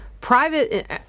private